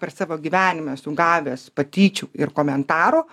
per savo gyvenimą esu gavęs patyčių ir komentarų